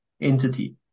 entity